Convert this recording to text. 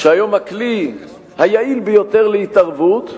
שהיום הכלי היעיל ביותר להתערבות,